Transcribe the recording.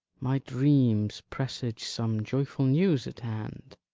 my dreams presage some joyful news at hand